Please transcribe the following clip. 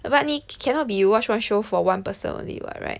but it it cannot be you watch one show for one person only [what] right